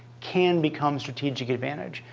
can become strategic advantage.